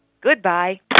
Goodbye